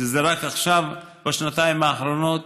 זה רק עכשיו, בשנתיים האחרונות,